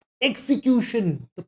execution